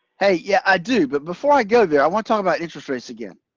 hey, yeah i do, but before i go there, i want talking about interest rates again.